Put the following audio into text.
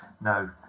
No